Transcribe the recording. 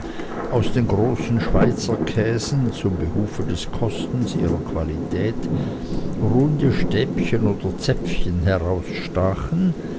aus den großen schweizerkäsen zum behufe des kostens ihrer qualität runde stäbchen oder zäpfchen